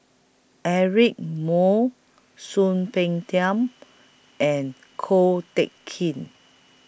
Eric Moo Soon Peng Tam and Ko Teck Kin